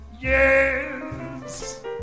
yes